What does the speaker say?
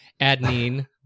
Adenine